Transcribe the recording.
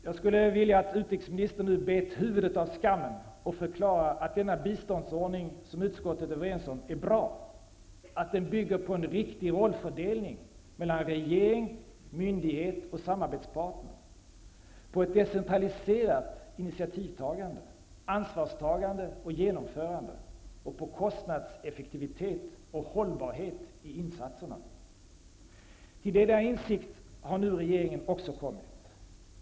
Jag skulle vilja att Margaretha af Ugglas nu bet huvudet av skammen och förklarade att denna biståndsordning, som utskottet är överens om, är bra, att den bygger på en riktig rollfördelning mellan regering, myndighet och samarbetspartner, på ett decentraliserat initiativtagande, ansvarstagande och genomförande och på kostnadseffektivitet och hållbarhet i insatserna. Till denna insikt har nu också regeringen kommit.